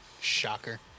Shocker